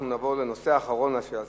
אנחנו נעבור לנושא האחרון אשר על